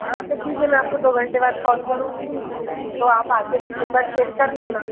हाँ तो ठीक है मैं आपको दो घंटे बाद कॉल करूँगी तो आप आकर एक बार चेक कर लेना